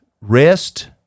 rest